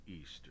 Easter